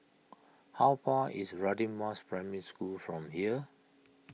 how far away is Radin Mas Primary School from here